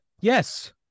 yes